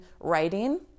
writing